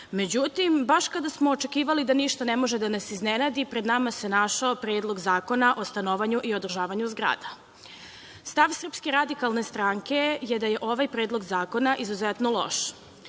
Međutim, baš kad smo očekivali da ništa ne može da nas iznenadi, pred nama se našao Predlog zakona o stanovanju i održavanju zgrada. Stav SRS je da je ovaj Predlog zakona izuzetno loš.